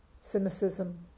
cynicism